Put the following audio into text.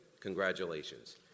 Congratulations